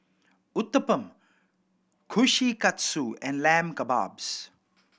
Uthapam Kushikatsu and Lamb Kebabs